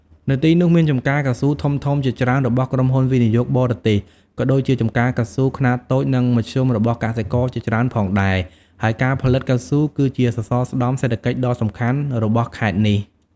នៅទីនោះមានចំការកៅស៊ូធំៗជាច្រើនរបស់ក្រុមហ៊ុនវិនិយោគបរទេស ក៏ដូចជាចំការកៅស៊ូខ្នាតតូចនិងមធ្យមរបស់កសិករជាច្រើនផងដែរ ហើយការផលិតកៅស៊ូគឺជាសសរស្ដម្ភសេដ្ឋកិច្ចដ៏សំខាន់របស់ខេត្តនេះ។